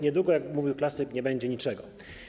Niedługo, jak mówił klasyk, nie będzie niczego.